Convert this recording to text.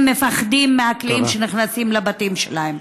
מפחדים מהקליעים שנכנסים לבתים שלהם.